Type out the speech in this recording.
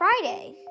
Friday